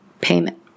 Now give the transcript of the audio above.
payment